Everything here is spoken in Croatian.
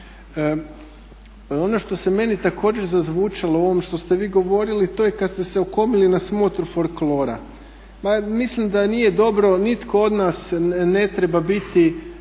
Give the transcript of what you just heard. Ono što je meni također zazvučalo u ovome što ste vi govorili, to je kada ste se okomili na smotru folklora. Pa mislim da nije dobro nitko od nas ne treba biti,